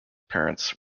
parents